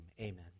Amen